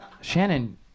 Shannon